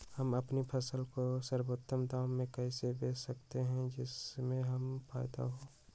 हम अपनी फसल को सर्वोत्तम दाम में कैसे बेच सकते हैं जिससे हमें फायदा हो?